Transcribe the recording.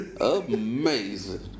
Amazing